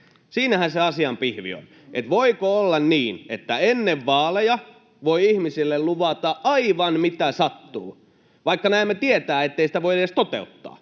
Siinähän se asian pihvi on. Voiko olla niin, että ennen vaaleja voi ihmisille luvata aivan mitä sattuu, vaikka näemmä tietää, ettei sitä voi edes toteuttaa?